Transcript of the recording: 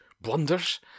blunders